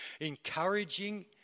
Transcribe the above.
encouraging